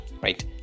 right